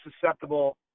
susceptible